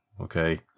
okay